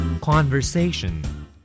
Conversation